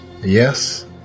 Yes